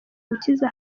gukiza